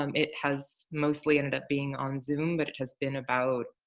um it has mostly ended up being on zoom, but it has been about,